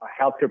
healthcare